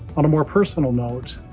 on a more personal note,